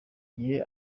igihe